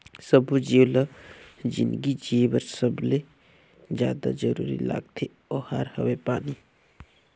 सब्बो जीव ल जिनगी जिए बर सबले जादा जरूरी लागथे ओहार हवे पानी